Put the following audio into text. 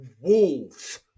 Wolves